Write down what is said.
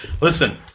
listen